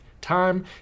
time